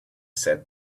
said